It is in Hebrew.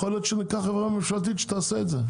יכול להיות שניקח חברה ממשלתית שתעשה את זה.